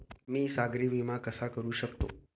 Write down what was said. मी सागरी विमा कसा करू शकतो?